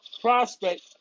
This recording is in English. prospect